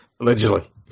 Allegedly